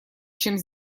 чем